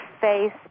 face